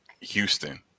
Houston